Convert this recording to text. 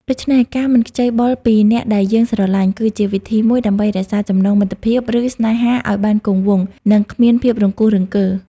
ដូច្នេះ ការមិនខ្ចីបុលពីអ្នកដែលយើងស្រឡាញ់ គឺជាវិធីមួយដើម្បីរក្សាចំណងមិត្តភាព ឬស្នេហាឲ្យបានគង់វង្ស និងគ្មានភាពរង្គោះរង្គើ។